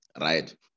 right